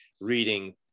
reading